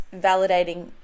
validating